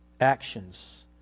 actions